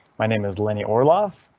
my name is lenny orlov.